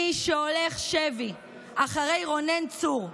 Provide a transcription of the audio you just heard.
מי שהולך שבי אחרי רונן צור,